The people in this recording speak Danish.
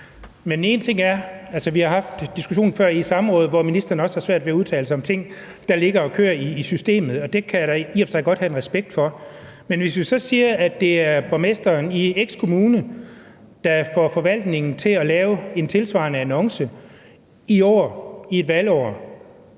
Vi har haft diskussionen før i et samråd, hvor ministeren også har svært ved at udtale sig om ting, der ligger og kører i systemet, og det kan jeg da i og for sig godt have en respekt for, men hvis vi så siger, at det er borgmesteren i X Kommune, der får forvaltningen til at lave en tilsvarende annonce i år, i et valgår,